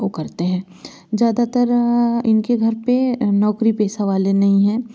वह करते हैं ज़्यादातर उनके घर पर नौकरी पैसा वाले नहीं है